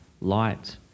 light